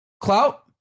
clout